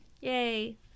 Yay